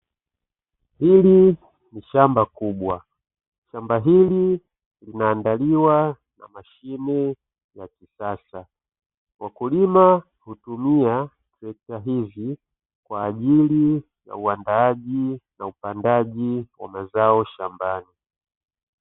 Hili shamba kubwa, shamba hili linaandaliwa na mashine ya kisasa, wakulima wakitumia trekta hili kwa ajili ya uandaaji na upandaji wa mazao shambani.